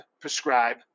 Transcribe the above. prescribe